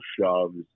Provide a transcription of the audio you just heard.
shoves